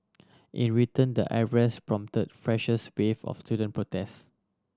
in return the arrest prompt fresh wave of student protest